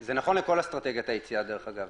- זה נכון לכל אסטרטגיית היציאה, דרך אגב.